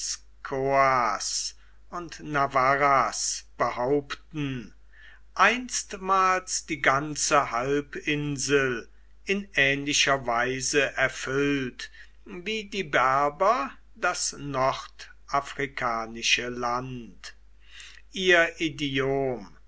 und navarras behaupten einstmals die ganze halbinsel in ähnlicher weise erfüllt wie die berber das nordafrikanische land ihr idiom